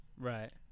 Right